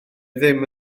ddim